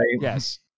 Yes